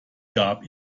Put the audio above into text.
gab